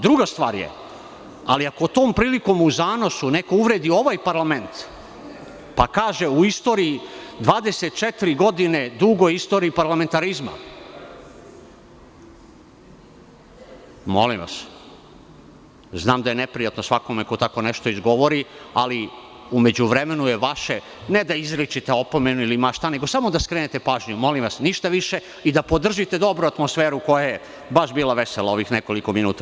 Druga stvar je, ali ako tom prilikom u zanosu neko uvredi ovaj parlament, pa kaže – u istoriji 24 godine, dugoj istoriji parlamentarizma; molim vas, znam da je neprijatno svakome ko tako nešto izgovori, ali u međuvremenu je vaše, ne da izričete opomenu ili ma šta, nego samo da skrenete pažnju, ništa više i da podržite dobro atmosferu koja je bila baš vesela ovih nekoliko minuta.